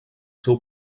seu